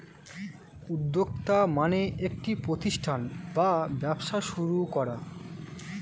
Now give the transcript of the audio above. উদ্যোক্তা মানে একটি প্রতিষ্ঠান বা ব্যবসা শুরু করা